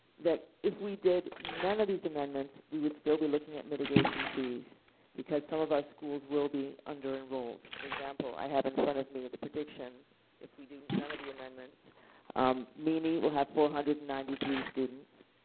that if we did none of these amendments we would still be looking at mitigation fees because some of our schools will be under enrolled for example i have it in front of me the prediction if we do none of the amendments um meany will have four hundred and ninety three students,